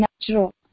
natural